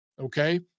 okay